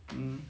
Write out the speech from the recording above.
um